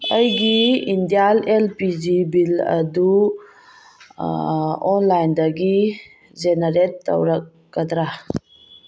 ꯑꯩꯒꯤ Indian L P G bill ꯑꯗꯨ ꯑꯣꯟꯂꯥꯏꯟꯗꯒꯤ ꯖꯦꯅꯦꯔꯦꯠ ꯇꯧꯔꯛꯀꯗ꯭ꯔꯥ